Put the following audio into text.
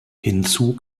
hinzu